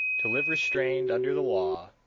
to live restrained under the law,